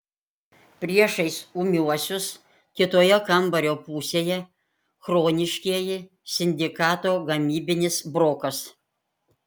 priešais ūmiuosius kitoje kambario pusėje chroniškieji sindikato gamybinis brokas